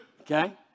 Okay